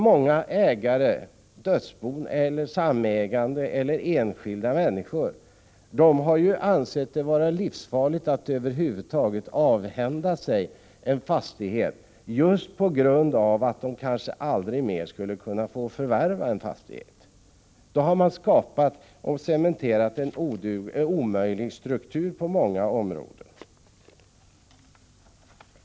Många ägare — dödsbon, samägande eller enskilda människor — har ansett det vara livsfarligt att över huvud taget avhända sig en fastighet just på grund av att de kanske aldrig mer skulle kunna få förvärva en fastighet. Då har man skapat och cementerat en på många områden omöjlig struktur.